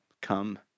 come